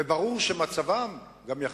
וברור שמצבם, גם יחסית,